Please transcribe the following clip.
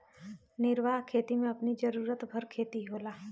निर्वाह खेती में अपनी जरुरत भर खेती होला